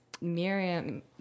Miriam